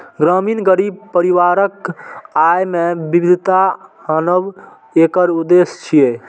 ग्रामीण गरीब परिवारक आय मे विविधता आनब एकर उद्देश्य छियै